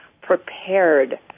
prepared